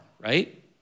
right